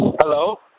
Hello